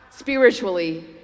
spiritually